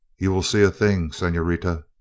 you will see a thing, senorita!